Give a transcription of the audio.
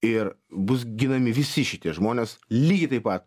ir bus ginami visi šitie žmonės lygiai taip pat